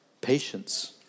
Patience